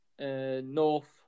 North